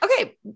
Okay